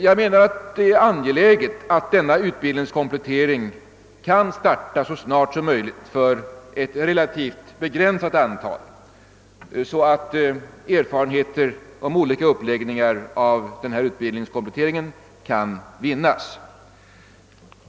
Jag anser att det är angeläget att utbildningskompletteringen kan starta så snart som möjligt för ett relativt begränsat antal, så att erfarenheter av olika uppläggningar av denna komplettering kan vinnas.